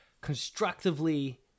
constructively